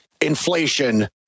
inflation